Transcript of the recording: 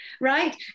right